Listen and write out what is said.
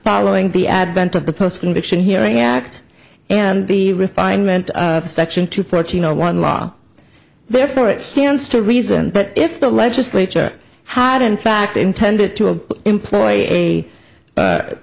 following the advent of the post conviction hearing act and the refinement of section two fourteen or one law therefore it stands to reason but if the legislature had in fact intended to an employ